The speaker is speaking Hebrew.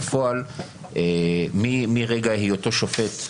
בפועל מרגע היותו שופט,